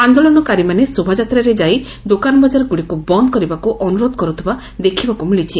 ଆନ୍ଦୋଳନକାରୀମାନେ ଶୋଭାଯାତ୍ରାରେ ଯାଇ ଦୋକାନ ବଜାରଗୁଡ଼ିକୁ ବନ୍ଦ କରିବାକୁ ଅନୁରୋଧ କରୁଥିବା ଦେଖିବାକୁ ମିଳିଛି